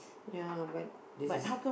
ya but this is